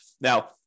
Now